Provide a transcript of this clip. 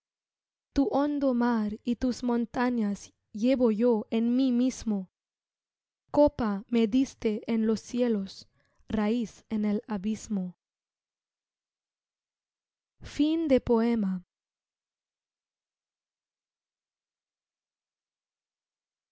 tu hondo mar y tus montañas llevo yo en mí mismo copa me diste en los cielos raiz en el abismo